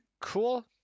Cool